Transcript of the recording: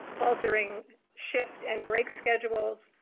altering shifts and break schedules,